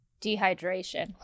Dehydration